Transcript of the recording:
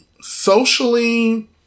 socially